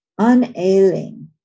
unailing